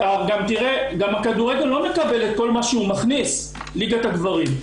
גם הכדורגל לא מקבל את כל מה שהוא מכניס ליגת הגברים,